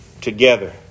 together